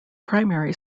primary